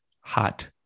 hot